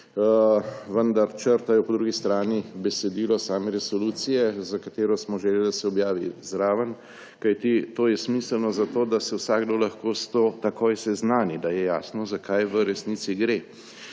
Vendar po drugi strani črtajo besedilo same resolucije, za katero smo želeli, da se objavi zraven, kajti to je smiselno, zato da se vsakdo lahko s to takoj seznani, da je jasno, za kaj v resnici gre,